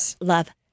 love